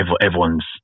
everyone's